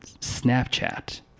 Snapchat